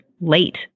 late